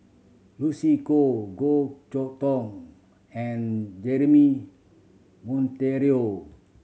Lucy Koh Goh Chok Tong and Jeremy Monteiro